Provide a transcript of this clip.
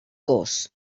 gos